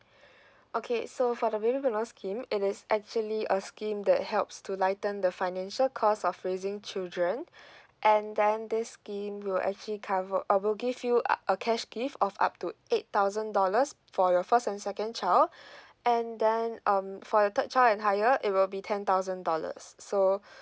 okay so for the baby bonus scheme it is actually a scheme that helps to lighten the financial cost of raising children and then this scheme will actually cover uh will give you uh a cash gift of up to eight thousand dollars for your first and second child and then um for your third child and higher it will be ten thousand dollars so